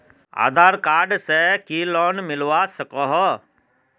आधार card से की loan मिलवा सकोहो?